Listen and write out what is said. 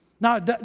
Now